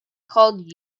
called